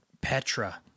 Petra